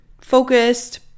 focused